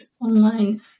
online